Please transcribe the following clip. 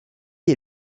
est